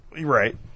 right